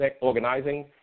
organizing